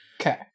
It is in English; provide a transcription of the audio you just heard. Okay